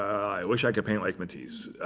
i wish i could paint like matisse.